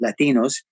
Latinos